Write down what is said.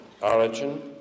origin